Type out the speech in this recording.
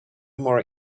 more